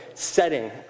setting